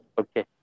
Okay